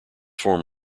form